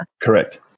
Correct